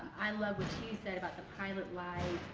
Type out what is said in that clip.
i love what you said about the pilot light,